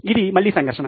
అది మళ్ళీ సంఘర్షణ